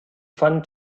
fun